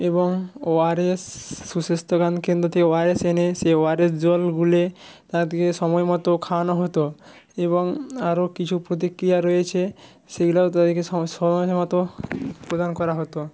এবং ওয়ারেস কেন্দ্র থেকে ওয়ারেস এনে সেই ওয়ারেস জল গুলে তাদেরকে সময় মতো খাওয়ানো হতো এবং আরো কিছু প্রতিক্রিয়া রয়েছে সেগুলো তাদেরকে সময় মতো প্রদান করা হতো